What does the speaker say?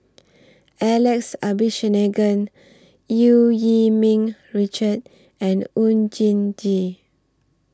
Alex Abisheganaden EU Yee Ming Richard and Oon Jin Gee